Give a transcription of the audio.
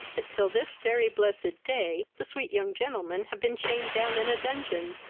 that, till this very blessed day, the sweet young gentleman have been chained down in a dungeon,